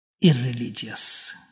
irreligious